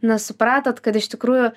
na supratot kad iš tikrųjų